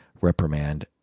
reprimand